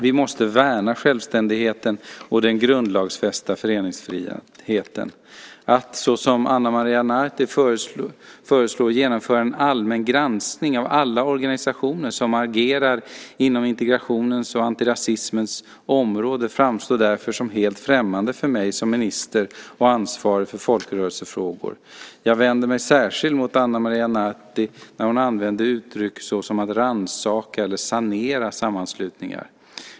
Vi måste värna självständigheten och den grundlagsfästa föreningsfriheten. Att såsom Ana Maria Narti föreslår genomföra en allmän granskning av alla organisationer som agerar inom integrationens och antirasismens område framstår därför som helt främmande för mig som minister ansvarig för folkrörelsefrågor. Jag vänder mig här särskilt mot att Ana Maria Narti använder uttryck som att "rannsaka" eller "sanera" sammanslutningar.